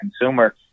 consumer